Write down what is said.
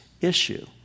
issue